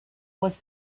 was